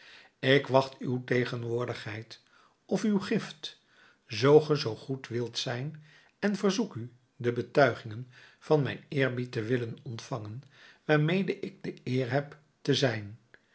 ik wacht uw tegenwoordigheid of uw gift zoo ge zoo goed wilt zijn en verzoek u de betuigingen van mijn eerbied te willen ontvangen waarmede ik de eer heb te zijn